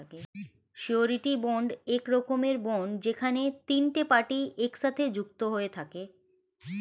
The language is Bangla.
সিওরীটি বন্ড এক রকমের বন্ড যেখানে তিনটে পার্টি একসাথে যুক্ত হয়ে থাকে